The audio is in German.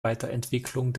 weiterentwicklung